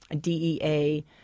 DEA